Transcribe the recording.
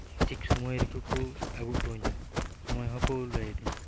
ᱴᱷᱤᱠ ᱥᱩᱢᱟᱹᱭ ᱨᱮᱜᱤᱠᱩ ᱟᱹᱜᱩ ᱩᱴᱩᱣᱟᱹᱧᱟᱹ ᱥᱚᱢᱚᱭ ᱦᱚᱠᱚ ᱞᱟᱹᱭᱟᱫᱤᱧᱟᱹ